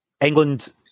England